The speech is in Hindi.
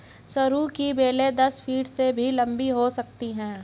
सरू की बेलें दस फीट से भी लंबी हो सकती हैं